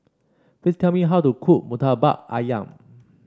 please tell me how to cook murtabak ayam